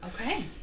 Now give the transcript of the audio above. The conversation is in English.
okay